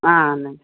అవునండి